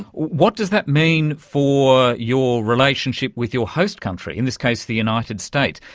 what does that mean for your relationship with your host country, in this case the united states?